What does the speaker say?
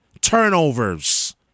turnovers